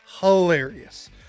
hilarious